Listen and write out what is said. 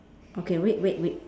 okay wait wait wait